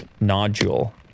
nodule